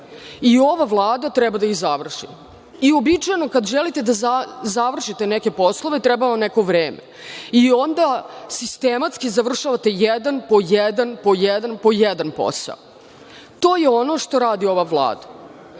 i ova Vlada treba da ih završi. Uobičajeno, kada želite da završite neke poslove, treba vam neko vreme. I onda sistematski završavate jedan po jedan, po jedan, po jedan posao. To je ono što radi ova Vlada. Jedan